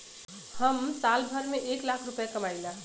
हम साल भर में एक लाख रूपया कमाई ला